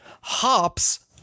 hops